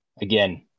again